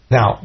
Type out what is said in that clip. Now